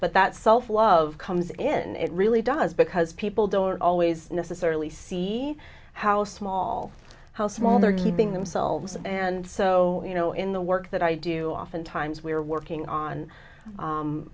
but that self love comes in it really does because people don't always necessarily see how small how small they're keeping themselves and so you know in the work that i do oftentimes we're working on